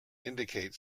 indicate